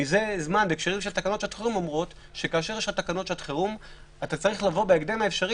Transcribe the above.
אומרים מזה זמן שבהקשרים של תקנות שעת חירום צריך בהקדם האפשרי